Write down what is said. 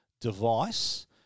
device